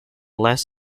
less